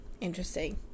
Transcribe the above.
interesting